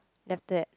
then after that